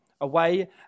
away